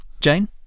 Jane